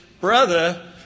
brother